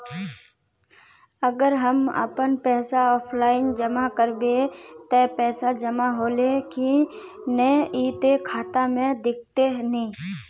अगर हम अपन पैसा ऑफलाइन जमा करबे ते पैसा जमा होले की नय इ ते खाता में दिखते ने?